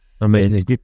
Amazing